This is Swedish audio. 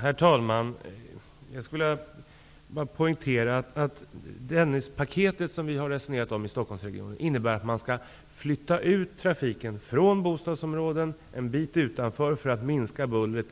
Herr talman! Jag vill poängtera att Dennispaketet, som vi har resonerat om i Stockholmsregionen, innebär att man skall flytta ut trafiken ett stycke från bostadsområdena för att minska bullret